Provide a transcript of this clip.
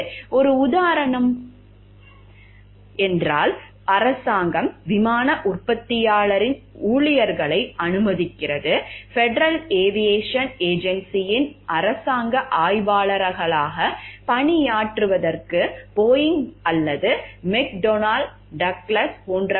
ஒரு உதாரணம் போல அரசாங்கம் விமான உற்பத்தியாளர்களின் ஊழியர்களை அனுமதிக்கிறது ஃபெடரல் ஏவியேஷன் ஏஜென்சியின் அரசாங்க ஆய்வாளர்களாகப் பணியாற்றுவதற்கு போயிங் அல்லது மெக்டோனல் டக்ளஸ் போன்றவர்கள்